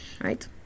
right